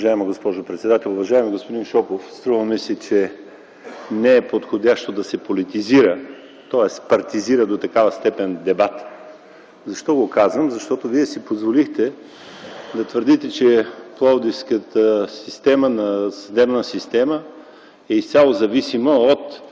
Уважаема госпожо председател! Уважаеми господин Шопов, струва ми се, че не е подходящо да се политизира, тоест партизира до такава степен дебатът. Защо го казвам? Защото Вие си позволихте да твърдите, че пловдивската съдебна система е изцяло зависима от